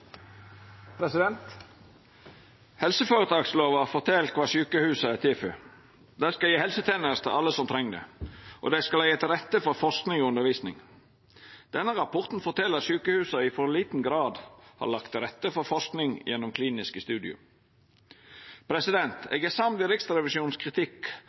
Dei skal gje helsetenester til alle som treng det, og dei skal leggja til rette for forsking og undervisning. Denne rapporten fortel at sjukehusa i for liten grad har lagt til rette for forsking gjennom kliniske studium. Eg er samd i Riksrevisjonens kritikk